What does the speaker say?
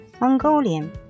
Mongolian